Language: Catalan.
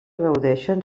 gaudeixen